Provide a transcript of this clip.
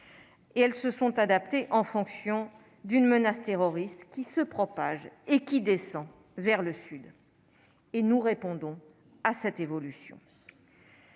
et elles se sont adaptées en fonction d'une menace terroriste qui se propage et qui descend vers le sud. Et nous répondons à cette évolution